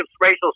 racial